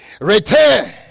Return